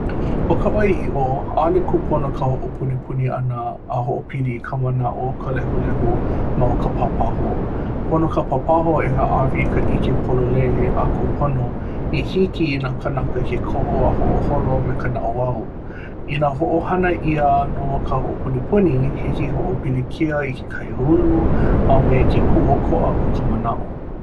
'O ka 'o ia 'i'o 'a'ole kūpono ka hoʻopunipuni ʻana a hoʻopili i ka manaʻo ka lehulehu ma o ka pāpaho. Pono ka pāpaho e hāʻawi i ka ʻike pololei a kūpono i hiki i nā kanaka ke komo a hoʻoholo me ka naʻauao. Inā hoʻohana ʻia nō ka hoʻopunipuni hiki hoʻopilikia i ke kaiāulu a me ke kūʻokoʻa o ka manaʻo.